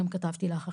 גם כתבתי לך עכשיו,